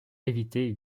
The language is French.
éviter